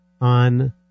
on